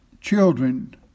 children